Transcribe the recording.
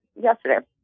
yesterday